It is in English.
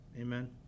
Amen